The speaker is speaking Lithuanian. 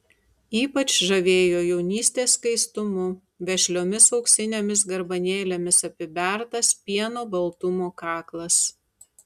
ypač žavėjo jaunystės skaistumu vešliomis auksinėmis garbanėlėmis apibertas pieno baltumo kaklas